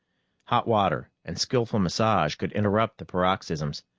hot water and skillful massage could interrupt the paroxysms.